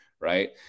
right